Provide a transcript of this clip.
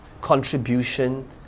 contribution